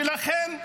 ולכן,